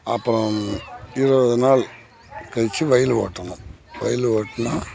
அப்புறம் இருபது நாள் கழித்து வயல் ஓட்டணும் வயல் ஓட்டுனால்